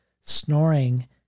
snoring